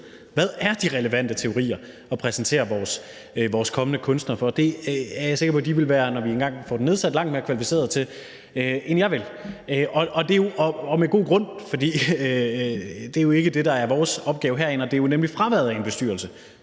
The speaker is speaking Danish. Hvad de relevante teorier at præsentere vores kommende kunstnere for er, er jeg sikker på bestyrelsen vil være, når vi engang får den nedsat, langt mere kvalificeret til at svare på, end jeg vil være, og med god grund. For det er jo ikke det, der er vores opgave herinde, og det er jo netop fraværet af en bestyrelse,